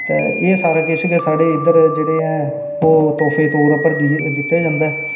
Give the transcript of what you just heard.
ते एह् सारा किश गै साढे इद्धर जेह्ड़े ऐ न ओह् तोह्फे दे तौर उप्पर दिंदा जंदा ऐ